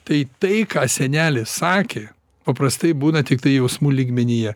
tai tai ką senelis sakė paprastai būna tiktai jausmų lygmenyje